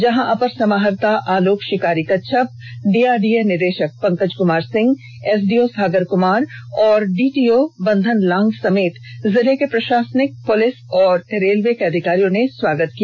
जहां अपर समाहर्ता आलोक शिकारी कच्छप डीआरडीए निदेशक पंकज कमार सिंह एसडीओ सागर कुमार एवं डीटीओ बंधन लांग समेत जिले के प्रशासनिक पुलिस एवं रेलवे के अधिकारियों ने स्वागत किया